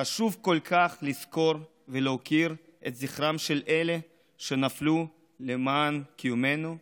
חשוב כל כך לזכור ולהוקיר את זכרם של אלה שנפלו למען קיומנו וילדינו,